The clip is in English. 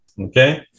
okay